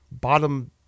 bottom